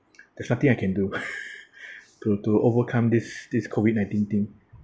there's nothing I can do to to overcome this this COVID nineteen thing